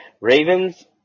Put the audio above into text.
Ravens